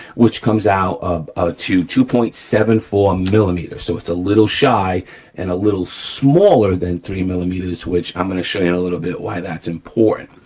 which comes out um ah to two point seven four millimeter, so it's a little shy and a little smaller than three millimeters, which i'm gonna show you in a little bit why that's important,